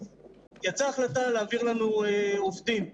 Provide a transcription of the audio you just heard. יצאה החלטה להעביר לנו עובדים נוספים,